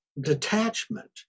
detachment